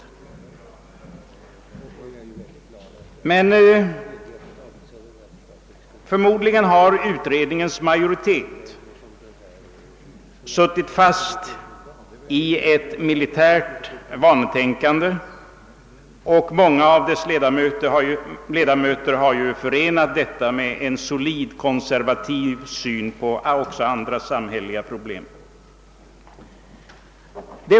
Men förmodligen har utredningens majoritet suttit fast i ett militärt vanetänkande, och många av dess ledamöter har förenat detta med en solid konservativ syn också på andra samhälleliga problem.